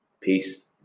Peace